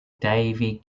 davy